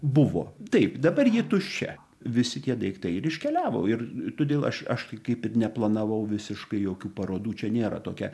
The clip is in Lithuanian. buvo taip dabar ji tuščia visi tie daiktai ir iškeliavo ir todėl aš aš kaip neplanavau visiškai jokių parodų čia nėra tokia